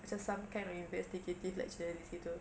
macam some kind of investigative like journalist gitu